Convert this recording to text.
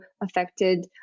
affected